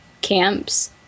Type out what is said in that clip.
camps